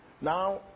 Now